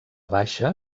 baixa